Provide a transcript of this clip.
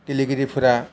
गेलेगिरिफोरा